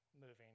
moving